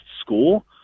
school